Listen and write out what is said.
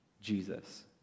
Jesus